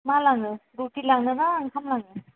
मा लाङो रुटि लांनो ना ओंखाम लांनो